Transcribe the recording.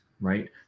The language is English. right